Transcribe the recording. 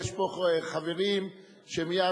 יש פה חברים שמייד,